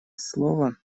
слово